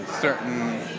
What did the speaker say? certain